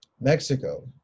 Mexico